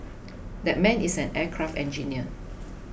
that man is an aircraft engineer